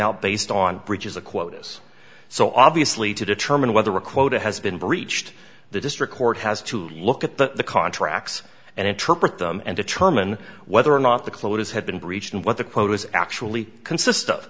out based on bridges a quote is so obviously to determine whether a quota has been breached the district court has to look at the contracts and interpret them and determine whether or not the clothes had been breached and what the quotas actually consist of